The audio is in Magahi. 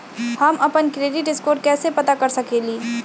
हम अपन क्रेडिट स्कोर कैसे पता कर सकेली?